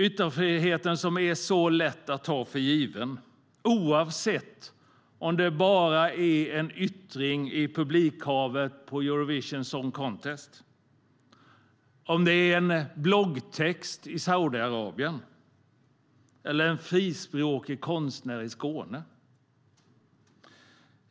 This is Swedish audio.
Yttrandefriheten är så lätt att ta för given, oavsett om det handlar om en yttring i publikhavet på Eurovision Song Contest, en bloggtext i Saudiarabien eller en frispråkig konstnär från Skåne.